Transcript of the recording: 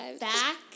back